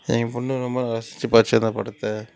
எங்கள் பொண்ணு ரொம்ப ரசித்து பார்த்துச்சு அந்த படத்தை